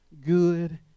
good